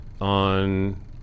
on